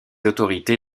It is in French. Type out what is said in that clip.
autorités